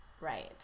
Right